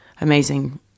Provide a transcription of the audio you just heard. amazing